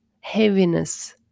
heaviness